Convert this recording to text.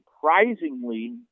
surprisingly